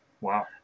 Wow